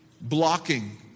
blocking